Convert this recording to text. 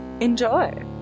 Enjoy